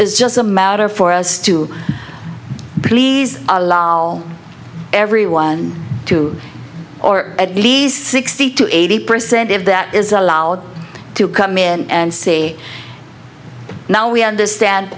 is just a matter for us to please a lot everyone to or at least sixty to eighty percent of that is allowed to come in and say now we understand